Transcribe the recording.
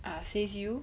ah says you